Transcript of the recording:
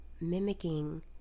mimicking